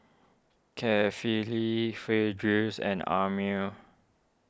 Kefli fail drills and Amrin